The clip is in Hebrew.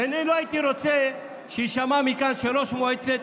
אני לא הייתי רוצה שיישמע מכאן שראש מועצת